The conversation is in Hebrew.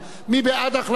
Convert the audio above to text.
מי בעד החלטת הממשלה?